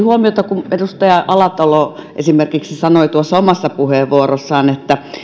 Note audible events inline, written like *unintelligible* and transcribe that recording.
*unintelligible* huomiota kun edustaja alatalo esimerkiksi sanoi omassa puheenvuorossaan että